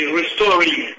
restoring